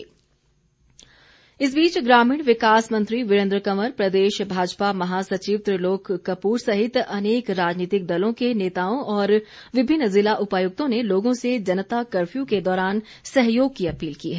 appeal इस बीच ग्रामीण विकास मंत्री वीरेंद्र कंवर प्रदेश भाजपा महासचिव त्रिलोक कपूर सहित अनेक राजनीतिक दलों के नेताओं और विभिन्न जिला उपायुक्तों ने लोगों से जनता कफ्यू के दौरान सहयोग की अपील की है